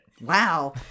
wow